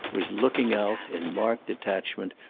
was looking out, in marked detachment,